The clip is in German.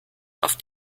auf